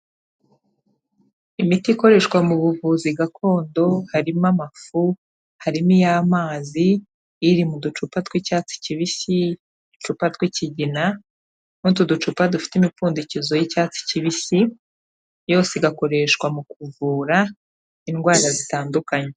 Imiti ikoreshwa mu buvuzi gakondo, harimo amafu, harimo iy'amazi, iri mu ducupa tw'icyatsi kibisi, uducupa tw'ikigina, n'utu ducupa dufite imipfundikizo y'icyatsi kibisi, yose igakoreshwa mu kuvura indwara zitandukanye.